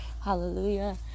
Hallelujah